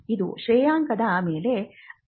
ಇದು ಶ್ರೇಯಾಂಕದ ಮೇಲೆ ಪರಿಣಾಮ ಬೀರಬಹುದು